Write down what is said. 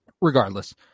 regardless